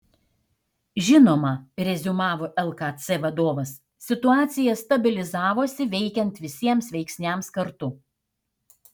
žinoma reziumavo lkc vadovas situacija stabilizavosi veikiant visiems veiksniams kartu